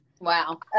wow